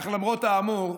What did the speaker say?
אך למרות האמור,